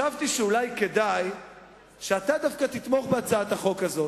שאולי כדאי שאתה דווקא תתמוך בהצעת החוק הזאת.